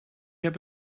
heb